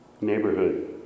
neighborhood